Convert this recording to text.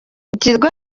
ikigo